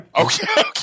Okay